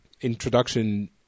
Introduction